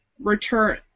return